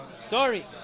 sorry